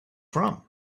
from